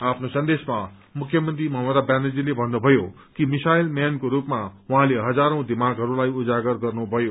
आफ्नो सन्देशमा मुख्यमन्त्री ममता ब्यानर्जीले भन्नुभयो कि मिसाइल म्यानको रूपमा उहाँले हजारौँ दिमागहरूलाई उजागर गर्नुभयो